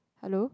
hello